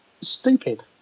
stupid